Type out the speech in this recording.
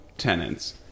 tenants